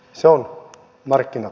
arvoisa puhemies